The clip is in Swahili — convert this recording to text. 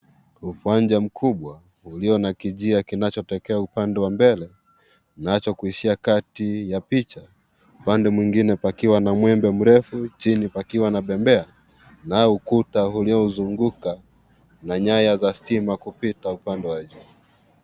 Uwanja mkubwa ulio na kinjia kinachoelekea upande wa mbele ,nacho kuishia kati ya picha , upande mwingine pakiwa na mwembe mrefu ,chini pakiwa na pembea nao ukuta uliozunguka na nayo za stima kupitia upande wa juu.